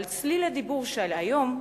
על צליל הדיבור של היום,